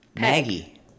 Maggie